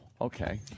okay